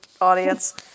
audience